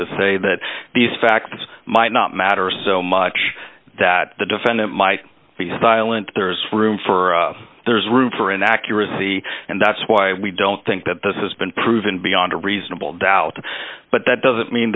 facts might not matter so much that the defendant might be silent there is room for there's room for inaccuracy and that's why we don't think that this has been proven beyond a reasonable doubt but that doesn't mean